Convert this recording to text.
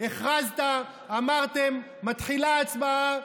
הכרזת, אמרתם: מתחילה הצבעה.